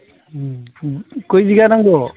उम उम खय बिगा नांगौ